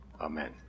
Amen